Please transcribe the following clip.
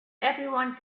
everyone